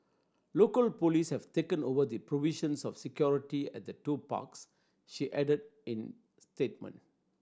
local police have taken over the provisions of security at the two parks she added in statement